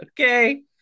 Okay